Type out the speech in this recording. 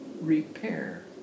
repair